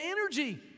energy